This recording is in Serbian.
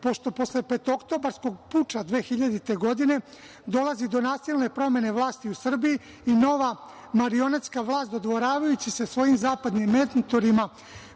pošto posle petooktobarskog puča 2000. godine dolazi do nasilne promene vlasti u Srbiji i nova marionetska vlast, dodvoravajući se svojim zapadnim mentorima,